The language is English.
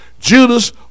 Judas